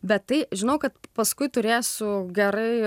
bet tai žinau kad paskui turėsiu gerai